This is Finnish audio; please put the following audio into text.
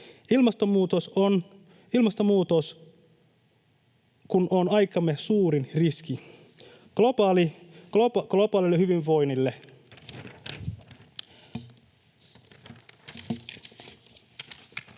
ilmastonmuutos kun on aikamme suurin riski globaalille hyvinvoinnille.